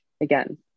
again